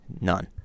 none